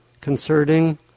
Concerning